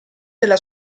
della